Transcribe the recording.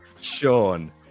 sean